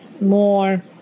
more